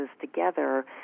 together